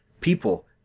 people